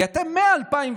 כי אתם מ-2007,